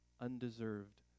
undeserved